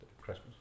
christmas